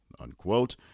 unquote